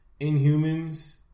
Inhumans